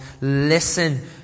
listen